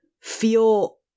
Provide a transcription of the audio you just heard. feel